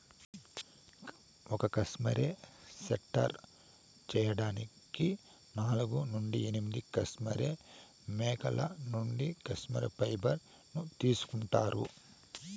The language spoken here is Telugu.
ఒక కష్మెరె స్వెటర్ చేయడానికి నాలుగు నుండి ఎనిమిది కష్మెరె మేకల నుండి కష్మెరె ఫైబర్ ను తీసుకుంటారు